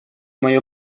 мое